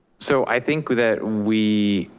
so i think that we,